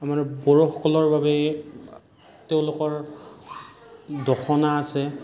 আমাৰ বড়োসকলৰ বাবে তেওঁলোকৰ দখনা আছে